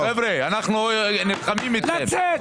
אני רק אומרת,